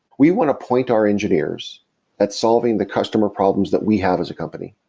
we want to point our engineers at solving the customer problems that we have as a company.